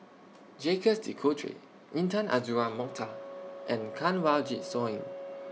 Jacques De Coutre Intan Azura Mokhtar and Kanwaljit Soin